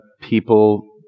people